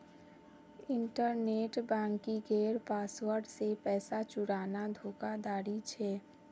internet बन्किंगेर password से पैसा चुराना धोकाधाड़ी छे